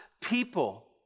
People